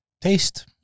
Taste